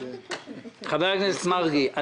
חבר הכנסת מרגי,